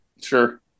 Sure